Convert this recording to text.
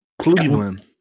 Cleveland